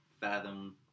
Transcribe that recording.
fathom